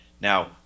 Now